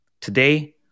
Today